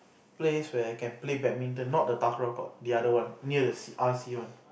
place where can play badminton not the court the other one near the C_R_C one